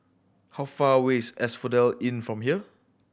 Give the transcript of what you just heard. how far away is Asphodel Inn from here